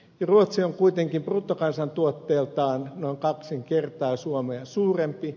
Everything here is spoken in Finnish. ruotsi on kuitenkin bruttokansantuotteeltaan noin kaksi kertaa suomea suurempi